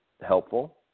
helpful